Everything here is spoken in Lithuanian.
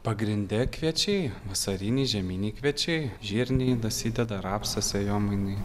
pagrinde kviečiai vasariniai žieminiai kviečiai žirniai dasideda rapsas sėjomainai